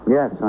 Yes